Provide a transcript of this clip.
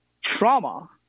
trauma